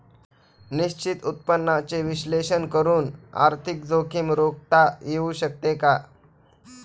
निश्चित उत्पन्नाचे विश्लेषण करून आर्थिक जोखीम रोखता येऊ शकते का?